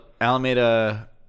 alameda